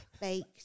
baked